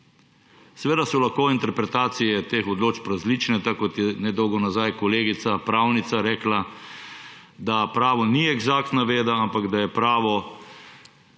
Seveda so lahko interpretacije teh odločb različne, tako kot je nedolgo nazaj kolegica pravnica rekla, da pravo ni eksaktna veda, ampak da je pravo